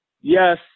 Yes